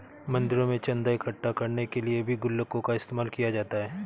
मंदिरों में चन्दा इकट्ठा करने के लिए भी गुल्लकों का इस्तेमाल किया जाता है